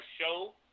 show